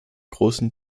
großen